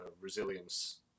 resilience